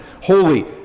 holy